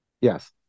Yes